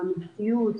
המידתיות,